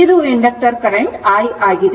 ಇದು inductor current i ಆಗಿದೆ